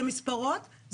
זה מספרות,